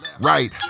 right